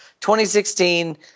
2016